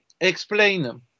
explain